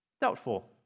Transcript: doubtful